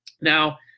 Now